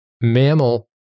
Mammal